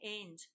end